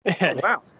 Wow